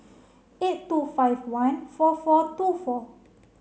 eight two five one four four two four